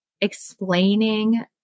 explaining